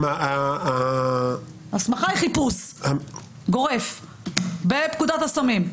הסמכה היא חיפוש גורף בפקודת הסמים.